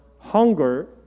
hunger